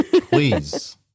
Please